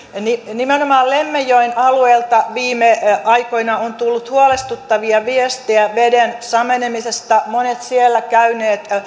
nimenomaan lemmenjoen alueelta viime aikoina on tullut huolestuttavia viestejä veden samenemisesta monet siellä käyneet